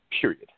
period